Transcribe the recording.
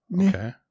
Okay